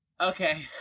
Okay